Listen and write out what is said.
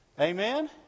amen